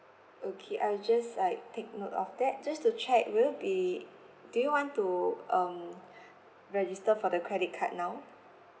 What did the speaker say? okay I'll just like take note of that just to check will you be do you want to um register for the credit card now